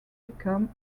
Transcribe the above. become